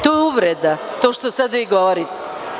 To je uvreda, to što vi sada govorite.